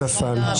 נפל.